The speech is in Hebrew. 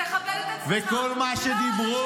תכבד את עצמך, לא לשקר.